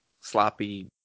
sloppy